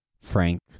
Frank